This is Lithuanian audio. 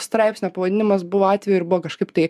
straipsnio pavadinimas buvo atvejų ir buvo kažkaip tai